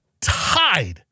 tied